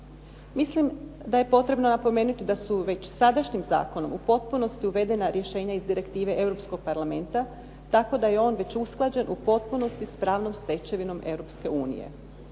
Mislim da je potrebno napomenuti da su već sadašnjim zakonom u potpunosti uvedena rješenja iz direktive Europskog parlamenta, tako da je on već usklađen u potpunosti s pravnom stečevinom Europske unije.